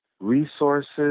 resources